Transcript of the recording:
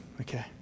okay